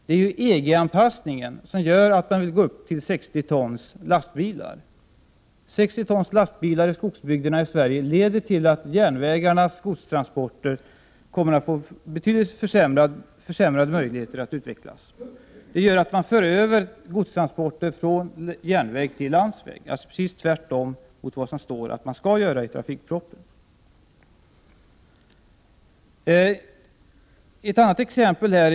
Det är ju EG anpassningen som gör att man vill gå upp till 60 tons lastbilar. 60 tons lastbilar i svenska skogsbygder leder till att det blir svårare att utveckla järnvägarnas godstransporter. Man för över godstransporter från järnväg till landsväg, precis tvärtemot vad man enligt trafikpropositionen skall göra.